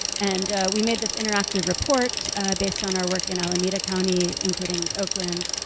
and we made this interactive report based on our work in alameda county, including oakland.